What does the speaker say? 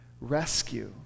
rescue